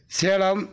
Salem